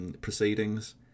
proceedings